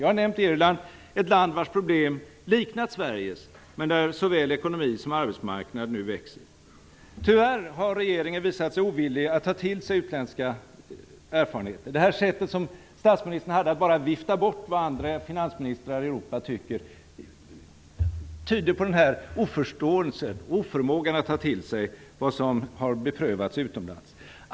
Jag har nämnt Irland som ett land vars problem liknat Sveriges men där såväl ekonomi som arbetsmarknad nu växer. Tyvärr har regeringen visat sig ovillig att ta till sig utländska erfarenheter. Det sätt som statsministern hade att bara vifta bort vad andra finansministrar i Europa tycker tyder på en oförståelse för och en oförmåga att ta till sig vad som är beprövat utomlands.